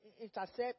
intercept